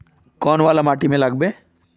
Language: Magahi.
कौन वाला माटी में लागबे?